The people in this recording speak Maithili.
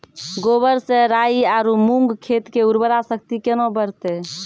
गोबर से राई आरु मूंग खेत के उर्वरा शक्ति केना बढते?